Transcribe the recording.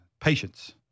patience